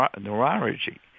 neurology